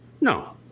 no